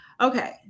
Okay